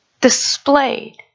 Displayed